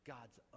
God's